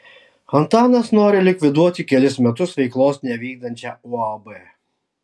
antanas nori likviduoti kelis metus veiklos nevykdančią uab